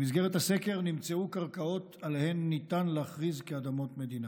במסגרת הסקר נמצאו קרקעות שעליהן ניתן להכריז כאדמות מדינה.